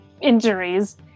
injuries